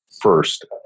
first